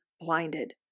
blinded